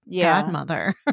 godmother